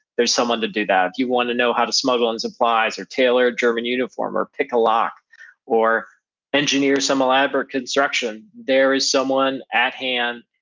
there's someone to do that, if you want to know how to smuggle in supplies or tailor a german uniform or pick a lock or engineer some elaborate construction, there is someone at hand,